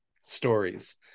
stories